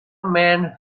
men